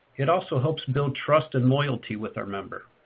it also helps build trust and loyalty with our member.